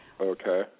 okay